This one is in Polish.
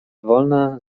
wolna